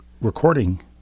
recording